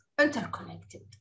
interconnected